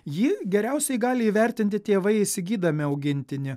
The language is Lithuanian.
jį geriausiai gali įvertinti tėvai įsigydami augintinį